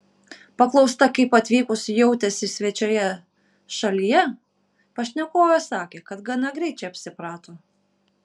paklausta kaip atvykusi jautėsi svečioje šalyje pašnekovė sakė kad gana greit čia apsiprato